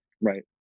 right